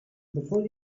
before